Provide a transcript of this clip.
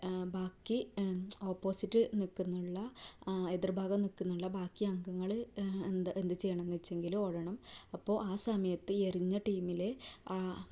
ബാക്കി ഓപ്പോസിറ്റ് നിൽക്കുന്നുള്ള എതിർഭാഗം നിൽക്കുന്നുള്ള ബാക്കി അംഗങ്ങൾ എന്ത് എന്ത് ചെയ്യണമെന്ന് വെച്ചെങ്കിൽ ഓടണം അപ്പോൾ ആ സമയത്ത് എറിഞ്ഞ ടീമിലെ ആ